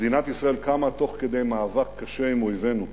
מדינת ישראל קמה תוך כדי מאבק קשה עם אויבינו,